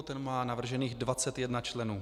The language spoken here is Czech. Ten má navržených 21 členů.